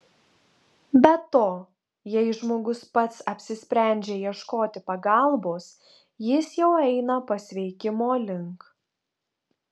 be to jei žmogus pats apsisprendžia ieškoti pagalbos jis jau eina pasveikimo link